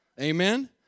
Amen